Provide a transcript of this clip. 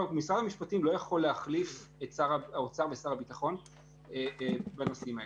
משרד המשפטים לא יכול להחליף את שר האוצר ושר הביטחון בנושאים האלה.